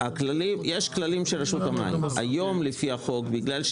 העיקרי של הרביזיה - היות שלא קיבלתם,